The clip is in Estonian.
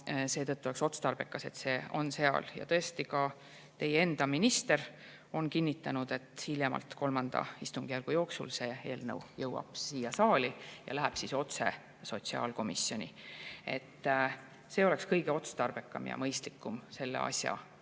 seetõttu oleks otstarbekas, et see on seal. Ja tõesti, ka teie enda minister on kinnitanud, et III istungjärgu jooksul see eelnõu jõuab siia [majja] ja läheb siis otse sotsiaalkomisjoni. See oleks kõige otstarbekam ja mõistlikum selle asja